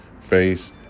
face